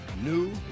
new